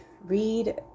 read